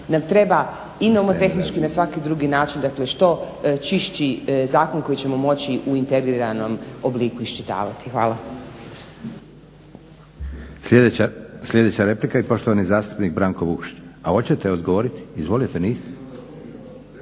nam treba i nomotehnički i na svaki drugi način dakle što čišći zakon koji ćemo moći u integriranom obliku iščitavati. Hvala. **Leko, Josip (SDP)** Sljedeća replika i poštovani zastupnik Branko Vukšić. A hoćete odgovoriti? Izvolite.